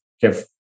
give